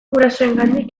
gurasoengandik